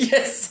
Yes